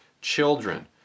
children